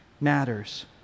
matters